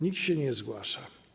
Nikt się nie zgłasza.